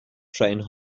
train